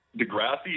Degrassi